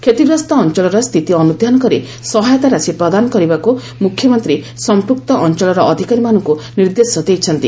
କ୍ଷତିଗ୍ରସ୍ତ ଅଞ୍ଚଳର ସ୍ଥିତି ଅନୁଧ୍ୟାନ କରି ସହାୟତା ରାଶି ପ୍ରଦାନ କରିବାକୁ ମୁଖ୍ୟମନ୍ତ୍ରୀ ସଂପୂକ୍ତ ଅଞ୍ଚଳର ଅଧିକାରୀମାନଙ୍କୁ ନିର୍ଦ୍ଦେଶ ଦେଇଛନ୍ତି